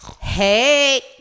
Hey